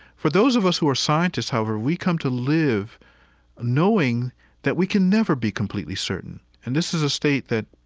for those of us who are scientists, however, we come to live knowing that we can never be completely certain and this is a state that,